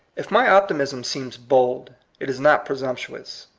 if my optimism seems bold, it is not presumptuous.